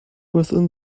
within